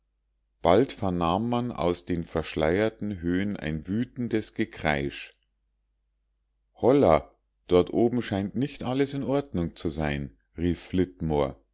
bald vernahm man aus den verschleierten höhen ein wütendes gekreisch hollah dort oben scheint nicht alles in ordnung zu sein